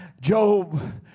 Job